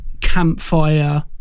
campfire